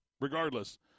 regardless